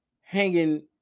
hanging